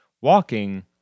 walking